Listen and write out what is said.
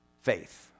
faith